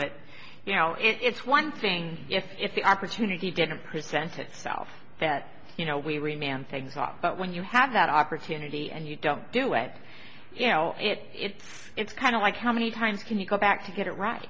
it you know it's one thing if if the opportunity didn't present itself that you know we re man things up but when you have that opportunity and you don't do it you know it's it's kind of like how many times can you go back to get it right